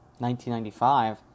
1995